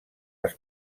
les